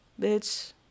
Bitch